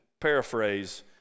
paraphrase